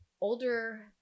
older